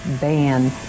ban